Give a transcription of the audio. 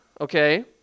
okay